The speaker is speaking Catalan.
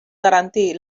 garantir